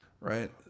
Right